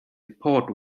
pod